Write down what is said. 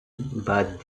but